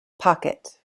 pocket